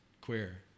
queer